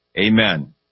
Amen